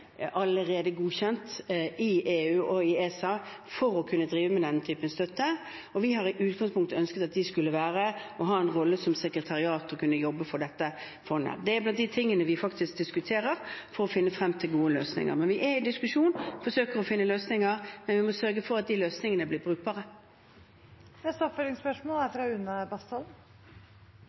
godkjent i EU og i ESA for å kunne drive med denne typen støtte. Vi har i utgangspunktet ønsket av de skulle ha en rolle som sekretariat og kunne jobbe for dette fondet. Det er blant de tingene vi diskuterer for å finne fram til gode løsninger. Vi er i diskusjon og forsøker å finne gode løsninger, men vi må sørge for at de løsningene blir brukbare. Une Bastholm – til oppfølgingsspørsmål.